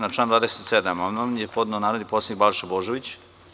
Na član 27. amandman je podneo narodni poslanik Balša Božović.